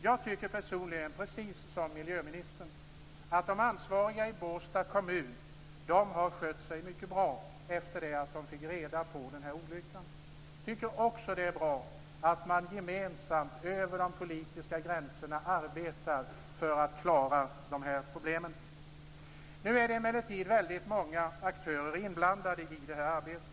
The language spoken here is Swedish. Jag tycker personligen, precis som miljöministern, att de ansvariga i Båstad kommun har skött sig mycket bra efter det att de fick reda på den här olyckan. Det är bra att man gemensamt, över de politiska gränserna, arbetar för att klara av de här problemen. Nu är det emellertid väldigt många aktörer inblandade i det här arbetet.